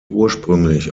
ursprünglich